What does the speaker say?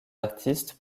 artistes